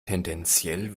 tendenziell